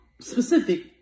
specific